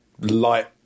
light